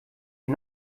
die